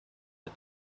but